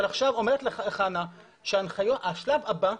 אבל עכשיו אומרת חנה שהשלב הבא,